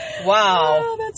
wow